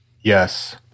Yes